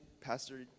Pastor